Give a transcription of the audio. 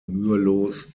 mühelos